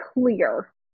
clear